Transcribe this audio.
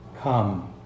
come